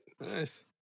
Nice